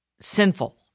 sinful